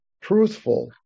truthful